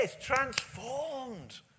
transformed